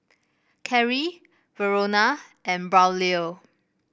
Karrie Verona and Braulio